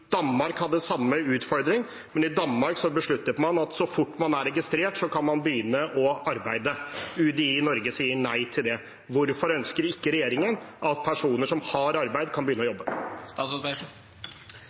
Danmark hadde samme utfordring, men i Danmark besluttet man at så fort man er registrert, kan man begynne å arbeide. UDI i Norge sier nei til det. Hvorfor ønsker ikke regjeringen at personer som har arbeid, kan begynne å